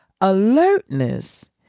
Alertness